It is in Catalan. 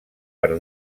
per